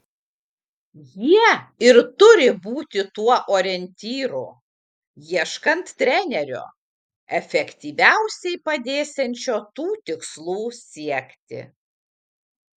jie ir turi būti tuo orientyru ieškant trenerio efektyviausiai padėsiančio tų tikslų siekti